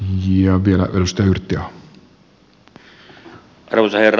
arvoisa herra puhemies